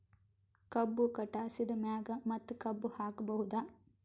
ಕಬ್ಬು ಕಟಾಸಿದ್ ಮ್ಯಾಗ ಮತ್ತ ಕಬ್ಬು ಹಾಕಬಹುದಾ?